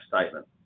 Statement